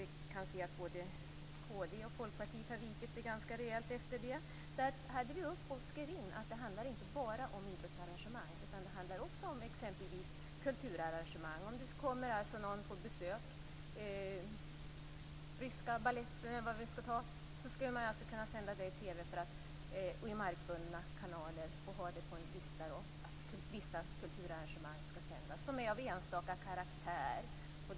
Vi kan se att både kd och Folkpartiet har vikit sig ganska rejält efter det. Där tog vi upp och skrev ned att det inte bara handlar om idrottsarrangemang utan också exempelvis om kulturarrangemang. Om det kommer någon på besök - vi kan ta Ryska baletten - skulle man kunna sända det i markbundna kanaler i TV. Man skulle kunna notera på ett lista att vissa kulturarrangemang som är av enstaka karaktär skall sändas.